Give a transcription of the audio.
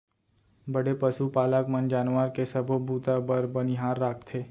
बड़े पसु पालक मन जानवर के सबो बूता बर बनिहार राखथें